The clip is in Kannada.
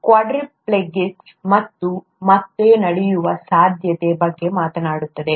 ಕ್ವಾಡ್ರಿಪ್ಲೆಜಿಕ್ಸ್ ಇದು ಮತ್ತೆ ನಡೆಯುವ ಸಾಧ್ಯತೆಯ ಬಗ್ಗೆ ಮಾತನಾಡುತ್ತದೆ